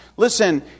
Listen